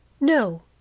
no